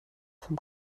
vom